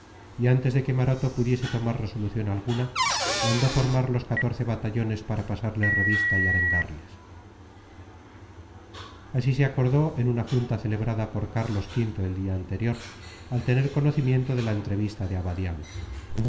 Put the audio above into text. y antes de que maroto pudiese tomar resolución alguna mandó formar los batallones para pasarles revista y arengarles así se acordó en una junta celebrada por carlos v el día anterior al tener conocimiento de la entrevista de abadiano